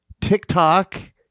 TikTok